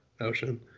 ocean